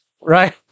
right